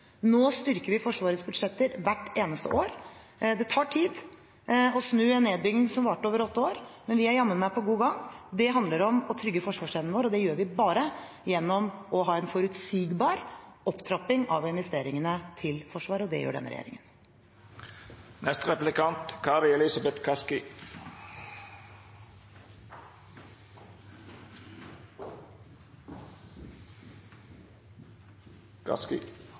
Nå har den utviklingen snudd. Nå styrker vi Forsvarets budsjetter hvert eneste år. Det tar tid å snu en nedbygging som varte i åtte år, men vi er jammen i god gang. Det handler om å trygge forsvarsevnen vår. Det gjør vi bare gjennom å ha en forutsigbar opptrapping av investeringene til Forsvaret. Det har denne